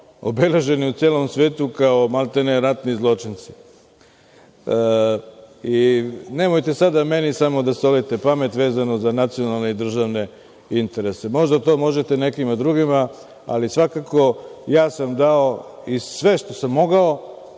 obeleženi u celom svetu kao, maltene, ratni zločinci. I nemojte sada meni samo da solite pamet vezano za nacionalne i državne interese. Možda to možete nekima drugima, ali svakako ja sam dao i sve što sam mogao